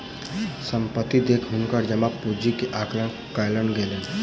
संपत्ति देख हुनकर जमा पूंजी के आकलन कयल गेलैन